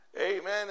Amen